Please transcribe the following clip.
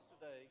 today